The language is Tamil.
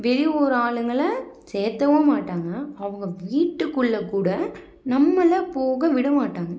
வெளியூர் ஆளுங்களை சேர்க்கவும் மாட்டாங்க அவங்க வீட்டுக்குள்ளே கூட நம்மளை போக விடமாட்டாங்க